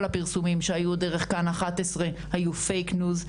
כל הפרסומים שהיו דרך כאן 11 היו פייק ניוז.